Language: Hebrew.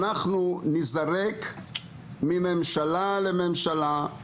אנחנו ניזרק ממשלה לממשלה,